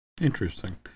Interesting